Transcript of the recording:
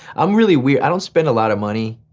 i'm really weird, i don't spend a lot of money.